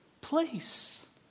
place